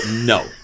no